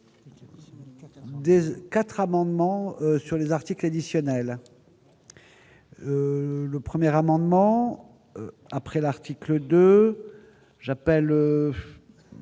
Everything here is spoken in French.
oeufs 4 amendements sur les articles additionnels. Le premier amendements. Après l'article 2 j'appelle